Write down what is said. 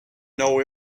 know